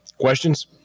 questions